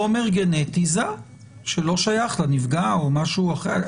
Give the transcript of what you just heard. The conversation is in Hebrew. חומר גנטי זר שלא שייך לנפגע, או משהו אחר.